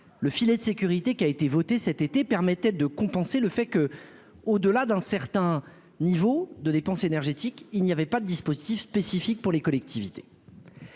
le filet de sécurité qui a été votée cet été, permettaient de compenser le fait que, au delà d'un certain niveau de dépense énergétique, il n'y avait pas de dispositif spécifique pour les collectivités,